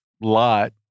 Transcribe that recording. Lot